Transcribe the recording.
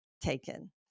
taken